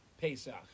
Pesach